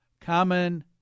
common